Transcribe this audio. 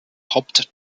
haupt